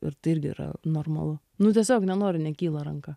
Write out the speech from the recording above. ir tai irgi yra normalu nu tiesiog nenori nekyla ranka